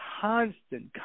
constant